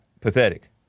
Pathetic